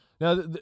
Now